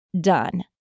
done